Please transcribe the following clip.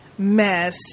Mess